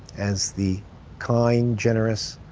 as the kind, generous,